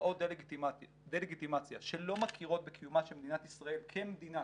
בתופעות דה-לגיטימציה שלא מכירות בקיומה של מדינת ישראל כמדינה,